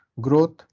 growth